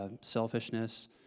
selfishness